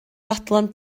fodlon